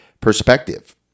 perspective